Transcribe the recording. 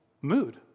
mood